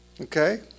Okay